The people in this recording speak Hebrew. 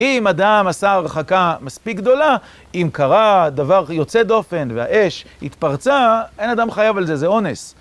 אם אדם עשה הרחקה מספיק גדולה, אם קרה דבר יוצא דופן והאש התפרצה, אין אדם חייב על זה, זה אונס.